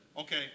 okay